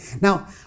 Now